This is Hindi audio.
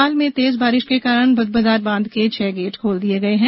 भोपाल में तेज बारिश के कारण भदभदा बांध के छह गेट खोल दिये गये हैं